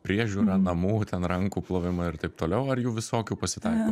priežiūra namų ten rankų plovimu ir taip toliau ar jų visokių pasitaiko